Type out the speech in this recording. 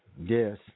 Yes